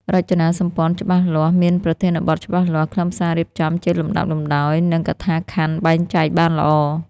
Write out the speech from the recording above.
រចនាសម្ព័ន្ធច្បាស់លាស់ មានប្រធានបទច្បាស់លាស់ ខ្លឹមសាររៀបចំជាលំដាប់លំដោយ និងកថាខណ្ឌបែងចែកបានល្អ។